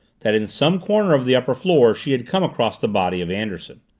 that in some corner of the upper floor she had come across the body of anderson.